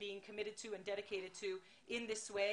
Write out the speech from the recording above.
המאבק נגד אנטישמיות באינטרנט וגם בחיים.